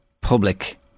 public